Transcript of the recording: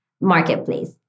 Marketplace